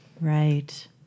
Right